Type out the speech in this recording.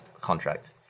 contract